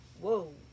whoa